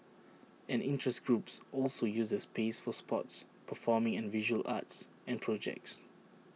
and interest groups also use the space for sports performing and visual arts and projects